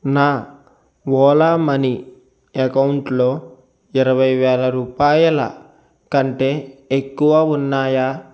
నా ఓలా మనీ అకౌంట్లో ఇరవైవేల రూపాయల కంటే ఎక్కువ ఉన్నాయా